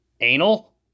anal